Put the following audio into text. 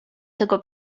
tego